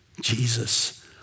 Jesus